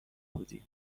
بودیم